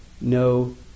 no